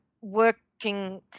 working